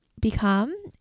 become